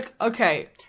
Okay